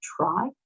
try